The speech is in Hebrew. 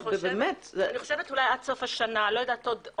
אני חושבת שעד סוף השנה אין אכיפה.